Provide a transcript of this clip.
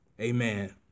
Amen